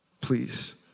please